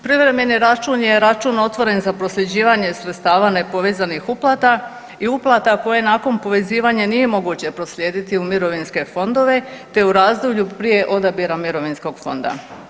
Privremeni račun je račun otvoren za prosljeđivanje sredstava nepovezanih uplata i uplata koje nakon povezivanja nije moguće proslijediti u mirovinske fondove te u razdoblju prije odabira mirovinskog fonda.